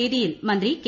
വേദിയിൽ മന്ത്രി കെ